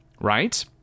right